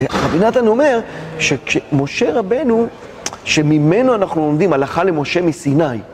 רבי נתן אומר שכש..משה רבנו, שממנו אנחנו לומדים הלכה למשה מסיני..